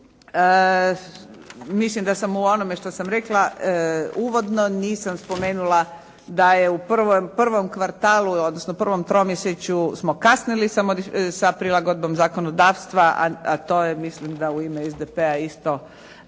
Mislim da sam u onome što sam rekla uvodno nisam spomenula da je u prvom kvartalu, odnosno prvom tromjesečju smo kasnili sa prilagodbom zakonodavstva, a to je mislim da u ime SDP-a isto